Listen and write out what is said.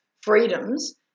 freedoms